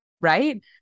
right